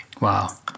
Wow